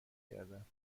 کردند